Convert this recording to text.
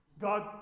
God